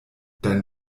dein